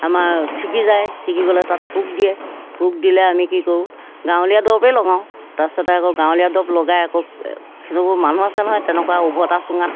আমাৰ চিগি যায় চিগি গ'লে তাত পোক দিয়ে পোক দিলে আমি কি কৰোঁ গাঁৱলীয়া দৰবেই লগাওঁ তাৰপিছতে আকৌ গাঁৱলীয়া দৰব লগাই আকৌ সিহঁৰে সেইবোৰ মানুহ আছে নহয় তেনেকুৱা উভতা চুঙাত